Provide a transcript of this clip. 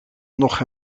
nog